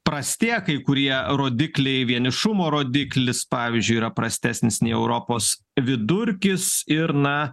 prastėja kai kurie rodikliai vienišumo rodiklis pavyzdžiui yra prastesnis nei europos vidurkis ir na